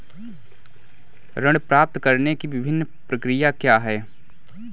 ऋण प्राप्त करने की विभिन्न प्रक्रिया क्या हैं?